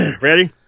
Ready